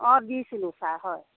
অ' দিছিলো ছাৰ হয়